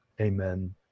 Amen